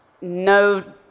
no